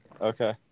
Okay